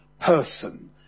person